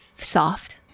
soft